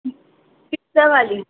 पिस्ता वाली